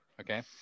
Okay